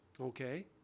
Okay